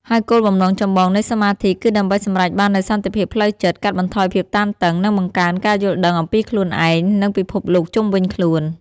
ហើយគោលបំណងចម្បងនៃសមាធិ គឺដើម្បីសម្រេចបាននូវសន្តិភាពផ្លូវចិត្ត កាត់បន្ថយភាពតានតឹង និងបង្កើនការយល់ដឹងអំពីខ្លួនឯង និងពិភពលោកជុំវិញខ្លួន។